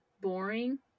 boring